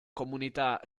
comunità